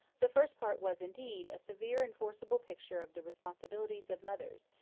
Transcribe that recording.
the first part was, indeed, a severe and forcible picture of the responsibilities of mothers,